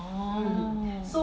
oh